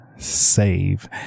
Save